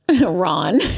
Ron